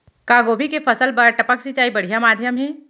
का गोभी के फसल बर टपक सिंचाई बढ़िया माधयम हे?